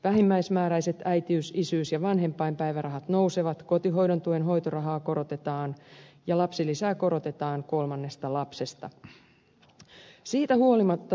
vähimmäismääräiset äitiys isyys ja vanhempainpäivärahat nousevat kotihoidon tuen hoitorahaa korotetaan ja lapsilisää korotetaan kolmannesta lapsesta